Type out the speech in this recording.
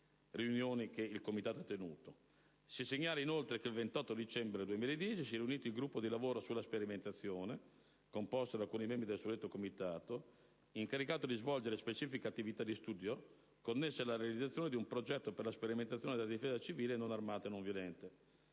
Si segnala inoltre che il 28 dicembre 2010 si è riunito il gruppo di lavoro sulla sperimentazione, composto da alcuni membri del suddetto Comitato, incaricato di svolgere specifica attività di studio connessa alla realizzazione di un progetto per la sperimentazione della difesa civile non armata e nonviolenta.